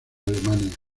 alemania